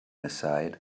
aside